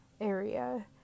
area